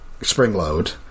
Springload